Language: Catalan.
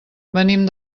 venim